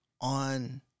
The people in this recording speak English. on